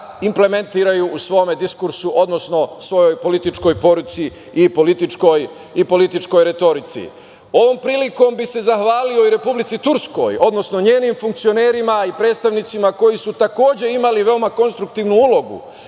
implementiraju u svome diskursu, odnosno svojoj političkoj poruci i političkoj retorici. Ovom prilikom bih se zahvalio i Republici Turskoj, odnosno njenim funkcionerima i predstavnicima koji su takođe imali veoma konstruktivnu ulogu